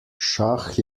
šah